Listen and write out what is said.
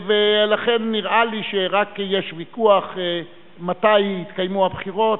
לכן נראה לי שרק יש ויכוח מתי יתקיימו הבחירות.